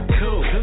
cool